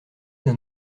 d’un